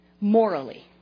morally